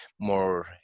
more